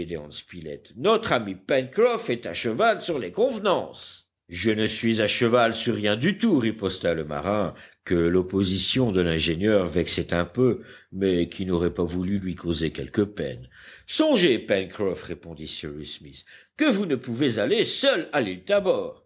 spilett notre ami pencroff est à cheval sur les convenances je ne suis à cheval sur rien du tout riposta le marin que l'opposition de l'ingénieur vexait un peu mais qui n'aurait pas voulu lui causer quelque peine songez pencroff répondit cyrus smith que vous ne pouvez aller seul à l'île tabor